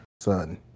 son